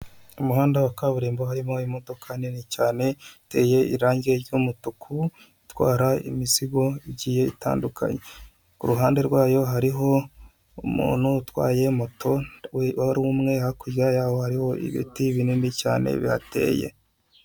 Umuhanda wa kaburimbo harimo imodoka nini cyane iteye irangi ry'umutuku itwara imizigo igi itandukanye, ku ruhande rwayo hariho umuntu utwaye moto ari umwe hakurya yaho hariho ibiti binini cyane bihateye.